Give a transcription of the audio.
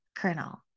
kernel